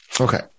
Okay